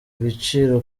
ibiciro